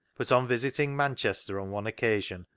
but on visiting manchester on one occasion,